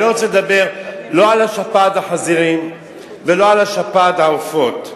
אני לא רוצה לדבר לא על שפעת החזירים ולא על שפעת העופות,